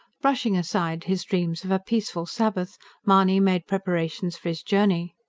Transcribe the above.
brushing aside his dreams of a peaceful sabbath mahony made preparations for his journey.